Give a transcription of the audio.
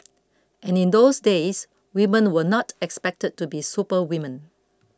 and in those days women were not expected to be superwomen